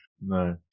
No